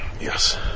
Yes